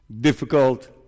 difficult